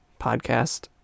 podcast